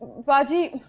baji,